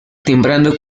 timbrado